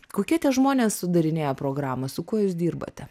kokie tie žmonės sudarinėja programą su kuo jūs dirbate